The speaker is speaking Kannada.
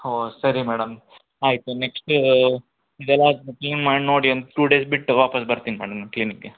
ಹೋ ಸರಿ ಮೇಡಮ್ ಆಯಿತು ನೆಕ್ಸ್ಟ್ ಇದೆಲ್ಲಾ ಅದು ಕ್ಲೀನ್ ಮಾಡಿ ನೋಡಿ ವನ್ ಟು ಡೇಸ್ ಬಿಟ್ಟು ವಾಪಾಸ್ಸು ಬರ್ತೀನಿ ಮೇಡಮ್ ನಿಮ್ಮ ಕ್ಲಿನಿಕ್ಕಿಗೆ